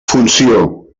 funció